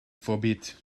forbid